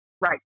Right